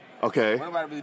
Okay